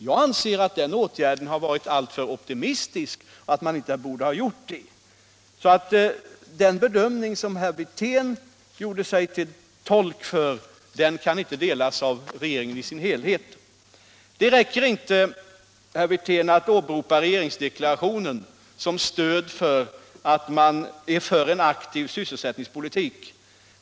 Jag anser att den åtgärden har varit alltför optimistisk och att man inte borde gjort denna minskning. Den bedömning som herr Wirtén gjorde sig till tolk för kan inte delas av regeringen i dess helhet. Det räcker inte, herr Wirtén, att åberopa regeringsdeklarationen som stöd för att man är för en aktiv sysselsättningspolitik.